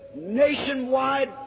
nationwide